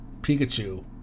Pikachu